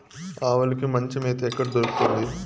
ఆవులకి మంచి మేత ఎక్కడ దొరుకుతుంది?